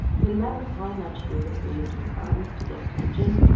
so no matter how much david waved his arms to get attention,